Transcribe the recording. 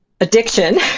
addiction